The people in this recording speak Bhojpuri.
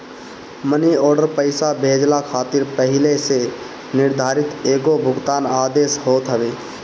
मनी आर्डर पईसा भेजला खातिर पहिले से निर्धारित एगो भुगतान आदेश होत हवे